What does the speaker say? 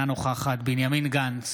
אינה נוכחת בנימין גנץ,